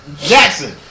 Jackson